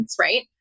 right